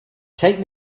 take